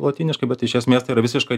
lotyniškai bet iš esmės tai yra visiškai